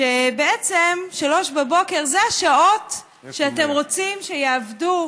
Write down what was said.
שבעצם 03:00, זה השעות שאתם רוצים שיעבדו,